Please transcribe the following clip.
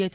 H